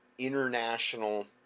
international